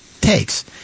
takes